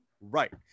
Right